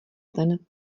ten